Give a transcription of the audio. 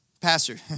pastor